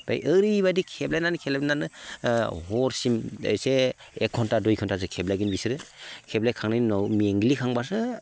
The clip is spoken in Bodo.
ओमफ्राय ओरैबायदि खेबलायनानै खेबलायनानै हरसिम एसे एक घन्टा दुइ घन्टासो खेबलायगोन बिसोरो खेबलायखांनायनि उनाव मेंग्लिखांबासो